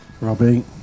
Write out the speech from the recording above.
Robbie